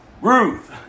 Ruth